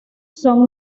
son